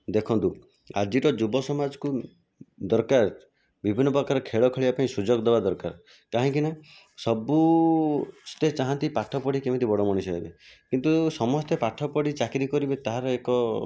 ଦେଖନ୍ତୁ ଆଜିର ଯୁବ ସମାଜକୁ ଦରକାର ବିଭିନ୍ନ ପ୍ରକାର ଖେଳ ଖେଳିବା ପାଇଁ ସୁଯୋଗ ଦେବା ଦରକାର କାହିଁକିନା ସମସ୍ତେ ଚାହାନ୍ତି ପାଠ ପଢ଼ି କେମିତି ବଡ଼ ମଣିଷ ହେବେ କିନ୍ତୁ ସମସ୍ତେ ପାଠ ପଢ଼ି ଚାକିରି କରିବେ ତାହାର ଏକ